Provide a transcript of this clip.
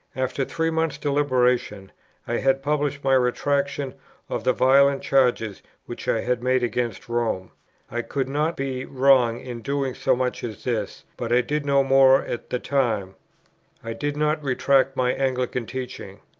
after three months' deliberation i had published my retractation of the violent charges which i had made against rome i could not be wrong in doing so much as this but i did no more at the time i did not retract my anglican teaching.